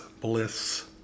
bliss